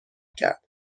کرد